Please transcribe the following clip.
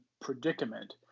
predicament